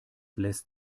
lässt